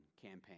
campaign